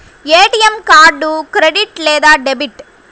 ATM card credit లేదా debit?